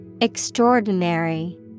Extraordinary